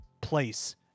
place